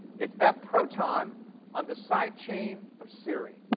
it's that proton on the side chain of serine.